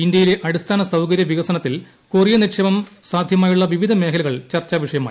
ഇന്ത്യയിലെ അട്ടിസ്ഥാന സൌകര്യവികസനത്തിൽ കൊറിയ്യൻ നിക്ഷേപം സാധ്യമായുള്ള വിവിധ മേഖലകൾ ചർച്ചർ ്വിഷയമായി